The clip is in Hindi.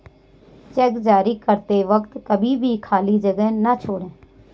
चेक जारी करते वक्त कभी भी खाली जगह न छोड़ें